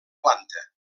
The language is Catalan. planta